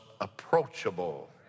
approachable